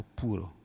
puro